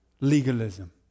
legalism